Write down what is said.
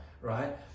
right